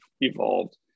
evolved